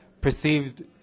perceived